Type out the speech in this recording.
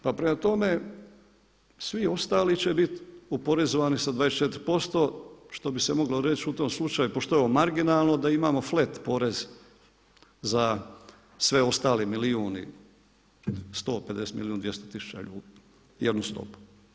Pa prema tome, svi ostali će biti oporezovani sa 24%, što bi se moglo reći u tom slučaju pošto je ovo marginalno da imamo flat porez za sve ostale, milijun i 150, milijun i 200 tisuća, … jednu stopu.